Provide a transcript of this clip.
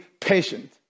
patient